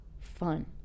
fun